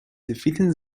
defeating